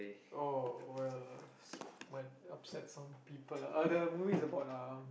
oh well uh might upset some people ah uh the movie is about uh